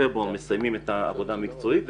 אנחנו עד פברואר מסיימים את העבודה המקצועית,